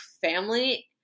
family